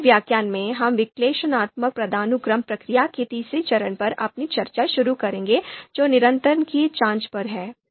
अगले व्याख्यान में हम विश्लेषणात्मक पदानुक्रम प्रक्रिया के तीसरे चरण पर अपनी चर्चा शुरू करेंगे जो निरंतरता की जाँच पर है